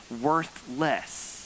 worthless